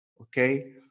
okay